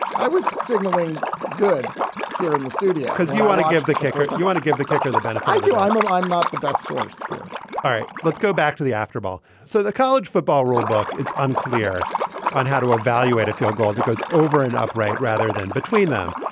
i was signaling good here in the studio because you want to give the kicker. you want to give the kicker the benefit. i'm a um i'm not the best source here all right. let's go back to the after ball. so the college football rulebook is unclear on how to evaluate a field goal. that goes over an upright rather than between them.